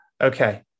Okay